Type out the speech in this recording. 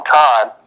time